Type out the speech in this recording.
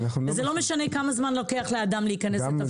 לא משנה כמה זמן לוקח לאדם להיכנס לתפקידו.